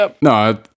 no